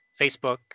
facebook